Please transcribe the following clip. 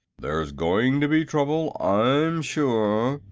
there's going to be trouble, i'm sure,